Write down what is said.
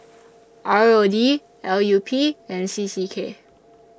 R O D L U P and C C K